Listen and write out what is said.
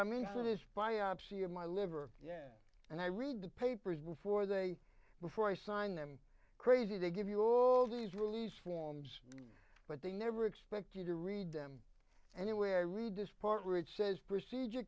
i mean what is biopsy of my liver yeah and i read the papers before they before i sign them crazy they give you all these release forms but they never expect you to read them anywhere i read this part where it says procedure